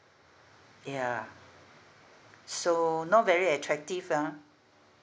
yeah so not very attractive ah